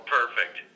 perfect